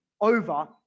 over